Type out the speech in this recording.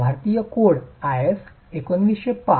Bharatiya code IS 1905